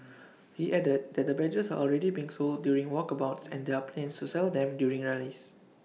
he added that the badges are already being sold during walkabouts and there are plans to sell them during rallies